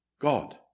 God